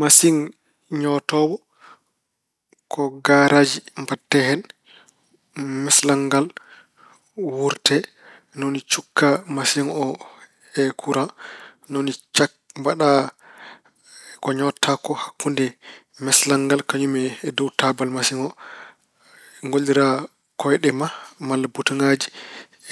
Masiŋ ñootoowo ko gaaraaji mbaɗata hen, mesalal ngal wuurte. Ni woni cukka masiŋ o e kuraŋ. Ni woni cak- mbaɗa ko ñootata ko hakkunde mesalal ngal kañum e dow taabal masiŋ o. Ngollira kooyɗe ma malla butoŋaaji.